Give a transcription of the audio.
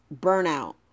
burnout